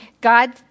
God